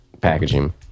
packaging